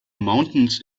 mountains